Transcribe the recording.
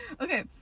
Okay